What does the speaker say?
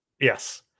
yes